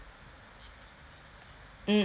mm mm mm mm correct